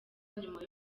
nyuma